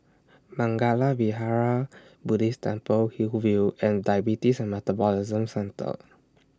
Mangala Vihara Buddhist Temple Hillview and Diabetes and Metabolism Centre